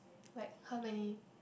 like how many